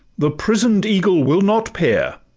the prison'd eagle will not pair,